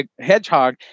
hedgehog